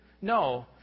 No